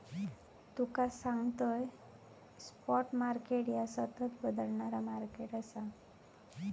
तुका सांगतंय, spot market ह्या सतत बदलणारा मार्केट आसा